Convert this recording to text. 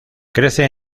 crece